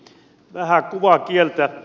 vähän kuvakieltä